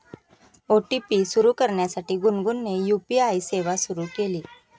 OTP सुरू करण्यासाठी गुनगुनने यू.पी.आय सेवा सुरू केली